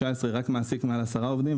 הכנסנו רק מעסיקים עם מעל לעשרה עובדים.